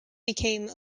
became